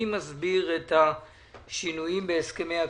מי מסביר את השינויים בהסכמי הקרנות?